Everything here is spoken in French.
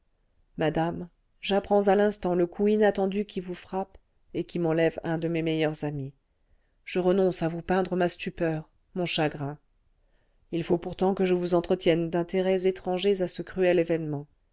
madame j'apprends à l'instant le coup inattendu qui vous frappe et qui m'enlève un de mes meilleurs amis je renonce à vous peindre ma stupeur mon chagrin il faut pourtant que je vous entretienne d'intérêts étrangers à ce cruel événement